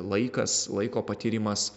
laikas laiko patyrimas